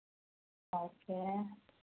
okay